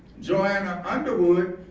joanna underwood,